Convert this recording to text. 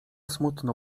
smutno